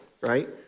right